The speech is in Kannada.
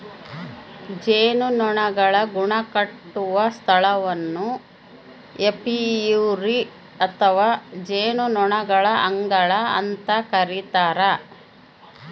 ಜೇನುನೊಣಗಳು ಗೂಡುಕಟ್ಟುವ ಸ್ಥಳವನ್ನು ಏಪಿಯರಿ ಅಥವಾ ಜೇನುನೊಣಗಳ ಅಂಗಳ ಅಂತ ಕರಿತಾರ